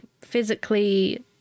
physically